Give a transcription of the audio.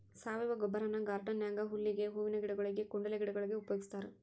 ಸಾವಯವ ಗೊಬ್ಬರನ ಗಾರ್ಡನ್ ನ್ಯಾಗ ಹುಲ್ಲಿಗೆ, ಹೂವಿನ ಗಿಡಗೊಳಿಗೆ, ಕುಂಡಲೆ ಗಿಡಗೊಳಿಗೆ ಉಪಯೋಗಸ್ತಾರ